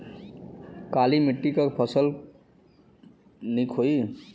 काली मिट्टी क फसल नीक होई?